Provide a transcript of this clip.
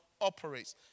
operates